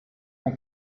mon